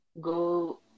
go